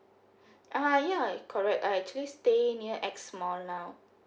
ah ya correct I actually stay near X mall now